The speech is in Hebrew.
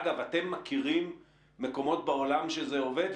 אגב, אתם מכירים מקומות בעולם שזה עובד?